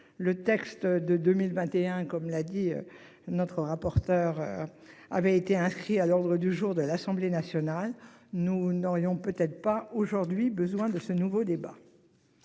le texte de 2021 comme l'a dit notre rapporteur. Avait été inscrit à l'ordre du jour de l'Assemblée nationale, nous n'aurions pas aujourd'hui besoin de ce nouveau débat.